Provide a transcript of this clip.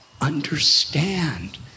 understand